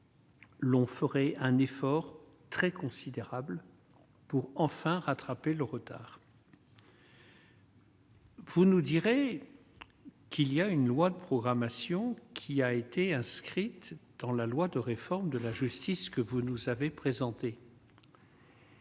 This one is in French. L'on ferait un effort très considérable pour enfin rattraper le retard. Vous nous direz qu'il y a une loi de programmation qui a été inscrite dans la loi de réforme de la justice que vous nous savez.